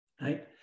Right